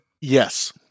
Yes